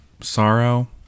Sorrow